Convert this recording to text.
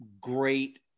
great